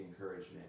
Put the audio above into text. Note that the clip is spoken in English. encouragement